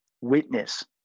Witness